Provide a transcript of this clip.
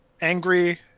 angry